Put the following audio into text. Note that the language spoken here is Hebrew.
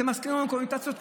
זה מזכיר לנו קונוטציות קשות.